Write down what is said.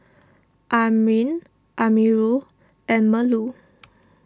Amrin Amirul and Melur